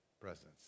presence